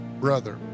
brother